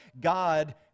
God